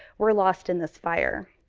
were lost in this fire.